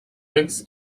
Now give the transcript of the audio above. eggs